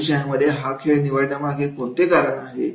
परिचयमध्ये हा खेळ निवडण्यामागे कोणते कारण आहे